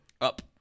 Up